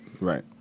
right